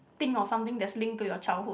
think of something that's linked to your childhood